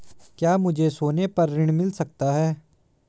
क्या मुझे सोने पर ऋण मिल सकता है?